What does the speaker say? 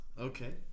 Okay